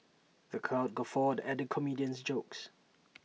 the crowd guffawed at the comedian's jokes